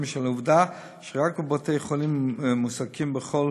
בשל העובדה שרק בבתי-חולים מועסקים בכל